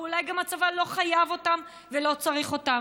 או אולי גם הצבא לא חייב אותם ולא צריך אותם.